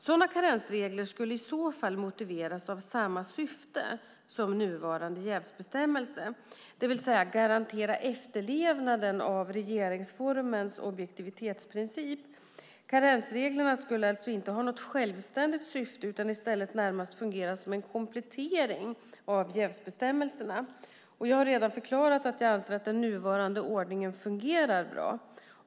Sådana karensregler skulle i så fall motiveras av samma syfte som nuvarande jävsbestämmelser, det vill säga för att garantera efterlevnaden av regeringsformens objektivitetsprincip. Karensreglerna skulle alltså inte ha något självständigt syfte utan i stället närmast fungera som en komplettering av jävsbestämmelserna. Jag har redan förklarat att jag anser att den nuvarande ordningen fungerar bra.